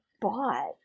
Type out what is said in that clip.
bought